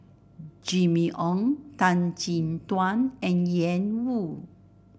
Jimmy Ong Tan Chin Tuan and Ian Woo